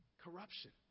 Corruption